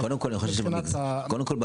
מבחינת --- קודם כל,